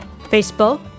Facebook